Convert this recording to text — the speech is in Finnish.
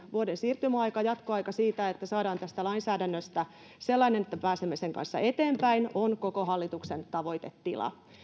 vuoden siirtymäaika jatkoaika niin että saadaan tästä lainsäädännöstä sellainen että pääsemme sen kanssa eteenpäin on koko hallituksen tavoitetila